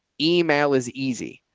email is easy.